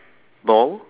ball